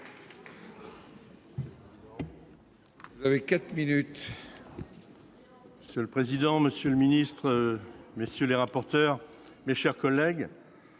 vous avez 3 minutes.